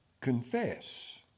confess